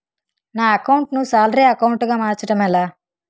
నా అకౌంట్ ను salary account గా మార్చటం ఎలా?